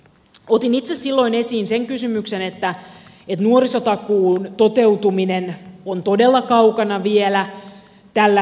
otin itse silloin esiin sen kysymyksen että nuorisotakuun toteutuminen on todella kaukana vielä tällä hetkellä